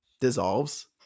dissolves